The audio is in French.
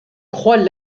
croix